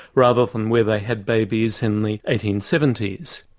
rather than where they had babies in the eighteen seventy s.